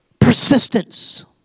Persistence